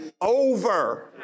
over